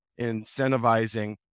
incentivizing